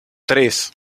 tres